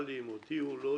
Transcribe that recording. תודה באמת.